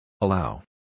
Allow